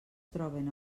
troben